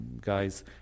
guys